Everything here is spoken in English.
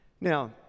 Now